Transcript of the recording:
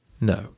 No